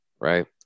right